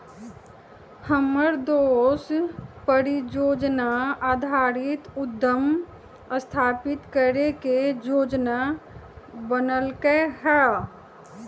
हमर दोस परिजोजना आधारित उद्यम स्थापित करे के जोजना बनलकै ह